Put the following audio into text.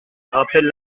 rappelle